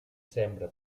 sembra